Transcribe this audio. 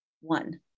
one